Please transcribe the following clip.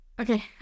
Okay